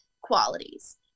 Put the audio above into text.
qualities